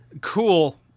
Cool